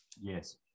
Yes